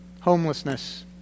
homelessness